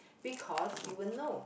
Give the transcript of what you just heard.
because you will know